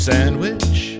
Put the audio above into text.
Sandwich